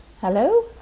Hello